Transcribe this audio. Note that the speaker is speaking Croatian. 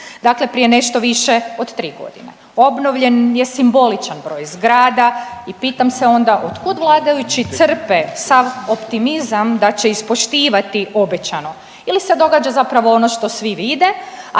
dakle prije nešto više od tri godine. Obnovljen je simboličan broj zgrada i pitam se onda od kud vladajući crpe sav optimizam da će ispoštivati obećano ili se događa zapravo ono što svi vide,